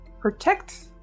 protect